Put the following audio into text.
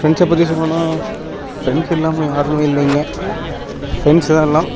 ஃப்ரெண்ட்ஸை பற்றி சொல்லணும்னா ஃப்ரெண்ட்ஸ் இல்லாமல் யாருமே இல்லைங்கள் ஃப்ரெண்ட்ஸ் தான் எல்லாம்